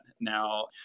now